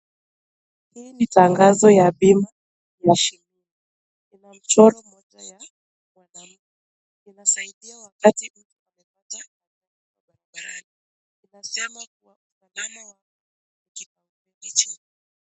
Hii ni tangazo ya bima ya shaa . Ina michoro moja ya mwanamke . Inasaidia wakati umepata ajili barabarani inasema kwamba...